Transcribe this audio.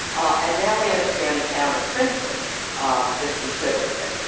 and now we understand the town of princeton is considering it,